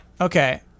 Okay